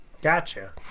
Gotcha